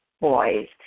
boys